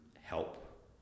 help